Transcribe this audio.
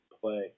play